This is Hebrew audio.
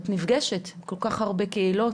את נפגשת עם כל כך הרבה קהילות,